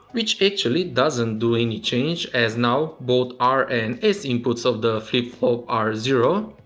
which actually doesn't do any change as now both r and s inputs of the flip-flop are zero,